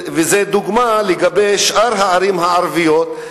וזו דוגמה לגבי שאר הערים הערביות,